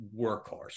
workhorse